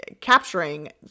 capturing